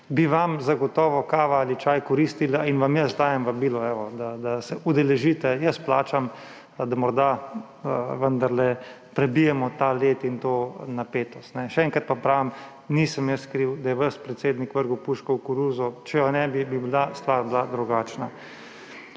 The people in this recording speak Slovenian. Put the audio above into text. bi vam zagotovo kava ali čaj koristila in vam jaz dajem vabilo, da se udeležite, jaz plačam. Da morda vendarle prebijemo ta led in to napetost. Še enkrat pa pravim, nisem jaz kriv, da je vaš predsednik vrgel puško v koruzo. Če je ne bi, bi bila stvar drugačna.